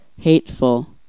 Hateful